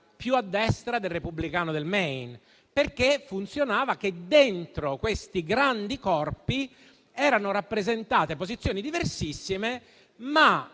più a destra del repubblicano del Maine. Accadeva infatti che dentro questi grandi corpi elettivi erano rappresentate posizioni diversissime, ma